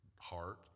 heart